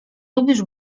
lubisz